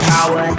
Power